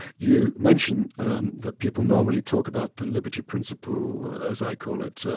you mention that people normally talk about the liberty principle as i call it, so